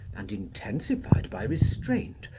and intensified by restraint,